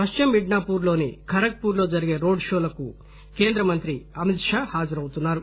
పశ్చిమ మిడ్సపూర్ లోని ఖరగ్ పూర్ లో జరొగే రోడ్ షోలకు కేంద్ర మంత్రి అమిత్ షా హాజరవుతున్నారు